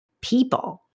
people